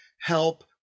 help